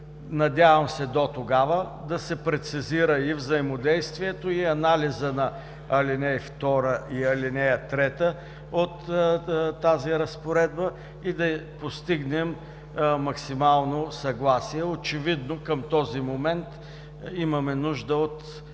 Надявам се до тогова да се прецизират и взаимодействието, и анализът на ал. 2 и ал. 3 от тази разпоредба и да постигнем максимално съгласие. Очевидно към този момент имаме нужда от още